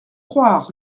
croire